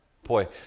Boy